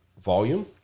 volume